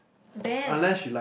band